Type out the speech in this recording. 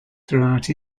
throughout